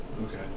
Okay